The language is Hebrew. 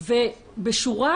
מושפע